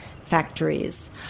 factories